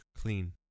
clean